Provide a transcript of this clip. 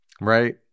Right